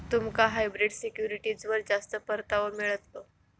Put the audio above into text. तुमका हायब्रिड सिक्युरिटीजवर जास्त परतावो मिळतलो